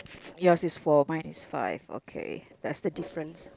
yours is four mine is five okay that's the difference